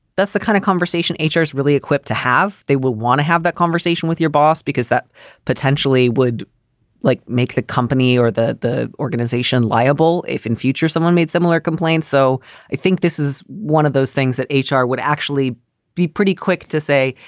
that's the kind of conversation h r. is really equipped to have. they will want to have the conversation with your boss because that potentially would like make the company or the the organization liable if in future someone made similar complaints. so i think this is one of those things that h r. would actually be pretty quick to say,